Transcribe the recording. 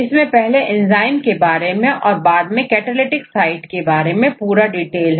यहां पर एंजाइम से संबंधित सभी जानकारी कैटालिटिक साइड में उपलब्ध रहती है